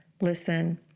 listen